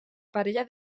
parella